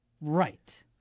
Right